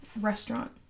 Restaurant